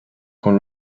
con